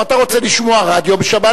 אתה גם רוצה לשמוע רדיו בשבת,